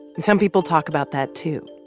and some people talk about that too,